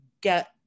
get